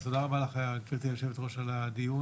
אז תודה רבה לך, גברתי היושבת-ראש, על הדיון.